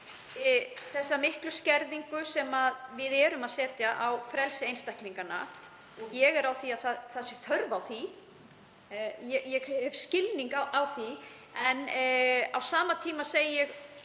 með þá miklu skerðingu sem við erum að setja á frelsi einstaklinganna. Ég er á því að það sé þörf á því, ég hef skilning á því, en á sama tíma segi ég: